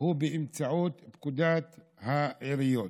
הוא באמצעות פקודת העיריות,